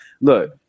look